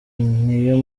niyo